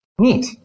neat